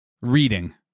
reading